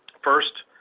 first,